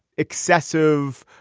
excessive,